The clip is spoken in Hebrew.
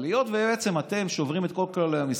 אבל אתם בעצם שוברים את כל כללי המשחק,